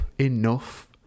enough